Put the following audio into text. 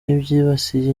n’ibyibasiye